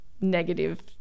negative